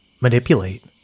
manipulate